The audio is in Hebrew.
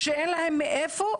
כשאין להם מאיפה.